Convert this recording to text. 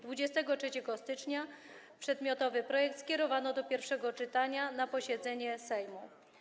23 stycznia przedmiotowy projekt skierowano do pierwszego czytania na posiedzeniu Sejmu.